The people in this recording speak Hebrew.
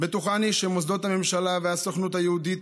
"בטוחני שמוסדות הממשלה והסוכנות היהודית,